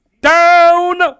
down